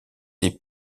t’ai